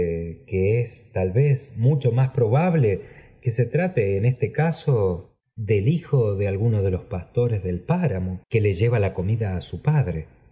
que es tal vez mucho más probable que se trate en este caso del hijo de alguno de los pastores del páramo que le lleva la comida á feu padre